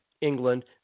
England